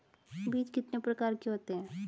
बीज कितने प्रकार के होते हैं?